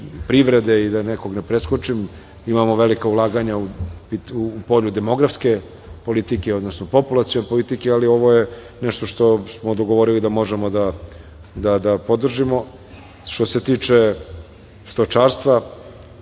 privrede i da nekoga ne preskočim, velika ulaganja u polje demografske politike, populacione politike, ali ovo je nešto što smo dogovorili da možemo da podržimo. Što se tiče stočarstva,